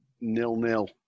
nil-nil